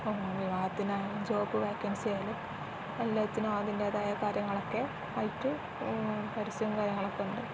വിവാഹത്തിനായാലും job vacancy ആയാലും എല്ലാത്തിനും അതിൻ്റേതായ കാര്യങ്ങളൊക്കെ ആയിട്ട് പരസ്യം കാര്യങ്ങളൊക്കെ ഉണ്ട്